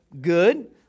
Good